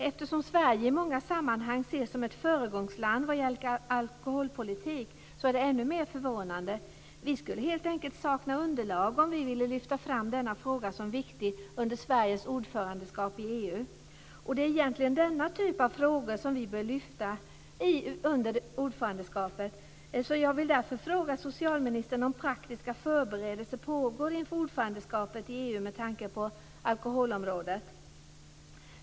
Eftersom Sverige i många sammanhang ses som ett föregångsland vad gäller alkoholpolitik är detta ännu mer förvånande. Vi skulle helt enkelt sakna underlag om vi ville lyfta fram denna fråga som viktig under Sveriges ordförandeskap i EU. Och det är egentligen denna typ av frågor vi bör lyfta under ordförandeskapet. Jag vill därför fråga socialministern om praktiska förberedelser pågår inför ordförandeskapet i EU med tanke på alkoholområdet.